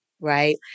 right